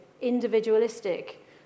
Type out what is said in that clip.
individualistic